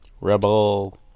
Rebel